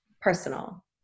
personal